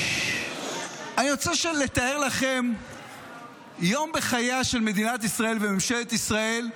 אני רוצה לתאר לכם יום בחייה של מדינת ישראל וממשלת ישראל.